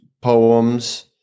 poems